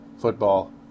football